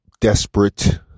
desperate